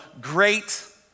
great